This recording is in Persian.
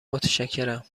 متشکرم